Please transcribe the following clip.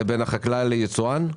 זה בין החקלאי ליצואן?